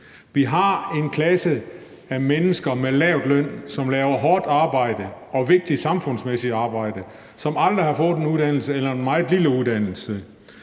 Vi har en klasse af mennesker med lav løn, som laver hårdt arbejde og vigtigt samfundsmæssigt arbejde, som aldrig har fået en uddannelse eller har fået en meget lille uddannelse,